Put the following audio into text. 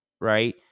right